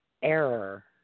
error